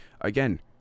Again